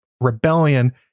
rebellion